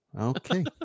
Okay